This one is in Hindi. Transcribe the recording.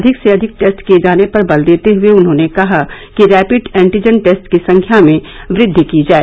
अधिक से अधिक टेस्ट किए जाने पर बल देते हुए उन्होंने कहा कि रैपिड एन्टीजन टेस्ट की संख्या में वृद्धि की जाए